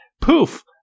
Poof